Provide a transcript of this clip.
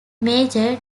major